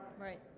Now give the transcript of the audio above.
Right